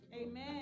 Amen